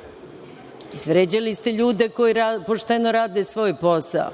znam. Izvređali ste ljude koji pošteno rade svoj posao.